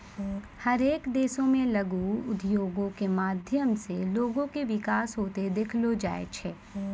हरेक देशो मे लघु उद्योगो के माध्यम से लोगो के विकास होते देखलो जाय छै